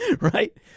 Right